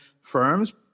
firms